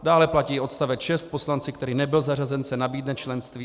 Dále platí odstavec 6: Poslanci, který nebyl zařazen, se nabídne členství atd. atd.